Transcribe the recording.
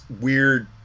weird